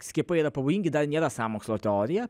skiepai yra pavojingi dar viena sąmokslo teorija